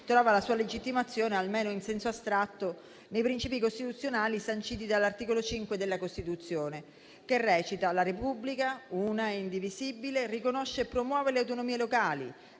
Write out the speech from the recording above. trova la sua legittimazione, almeno in senso astratto, nei principi sanciti dall'articolo 5 della Costituzione, che recita: «La Repubblica, una e indivisibile, riconosce e promuove le autonomie locali;